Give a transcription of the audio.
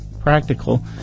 practical